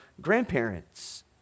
grandparents